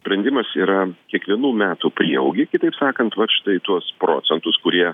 prendimas yra kiekvienų metų prieaugį kitaip sakant vat štai tuos procentus kurie